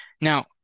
Now